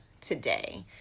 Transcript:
today